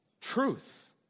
truth